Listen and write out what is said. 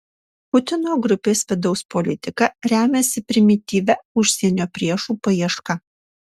putino grupės vidaus politika remiasi primityvia užsienio priešų paieška